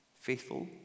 Faithful